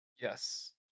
Yes